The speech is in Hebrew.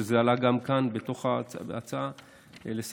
שזה עלה גם כאן בתוך ההצעה לסדר-היום,